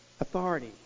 authority